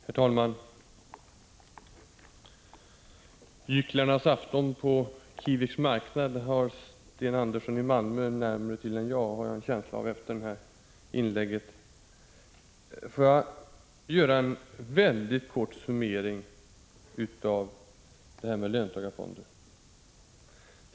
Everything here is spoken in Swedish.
Herr talman! Gycklarnas afton på Kiviks marknad har Sten Andersson i Malmö närmare till än jag, har jag en känsla av efter detta inlägg. Låt mig göra en väldigt kort summering av detta med löntagarfonder.